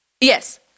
Yes